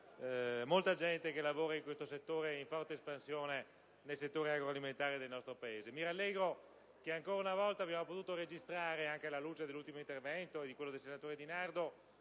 molta gente che lavora in questo settore, in forte espansione nel comparto agroalimentare del nostro Paese. Mi rallegro che ancora una volta abbiamo potuto registrare, anche alla luce degli ultimi interventi del senatore Di Nardo